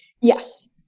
Yes